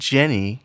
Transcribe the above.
Jenny